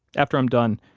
after i'm done,